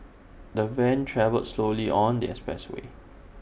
the van travelled slowly on the expressway